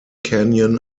canyon